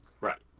Right